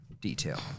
detail